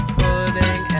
pudding